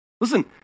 Listen